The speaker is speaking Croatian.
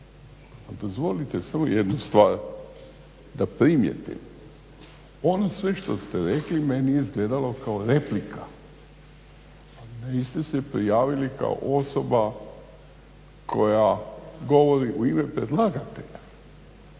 Ali dozvolite samo jednu stvar da primijetim, ono sve što ste rekli meni je izgledalo kao replika. Niste se prijavili kao osoba koja govori u ime predlagatelja.